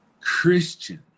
Christian